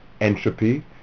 entropy